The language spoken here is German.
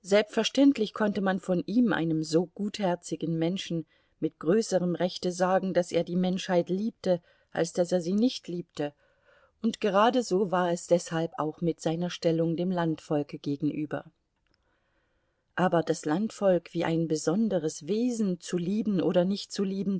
selbstverständlich konnte man von ihm einem so gutherzigen menschen mit größerem rechte sagen daß er die menschheit liebte als daß er sie nicht liebte und geradeso war es deshalb auch mit seiner stellung dem landvolke gegenüber aber das landvolk wie ein besonderes wesen zu lieben oder nicht zu lieben